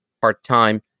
part-time